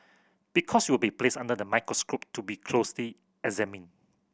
because you will be placed under the microscope to be closely examined